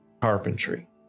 carpentry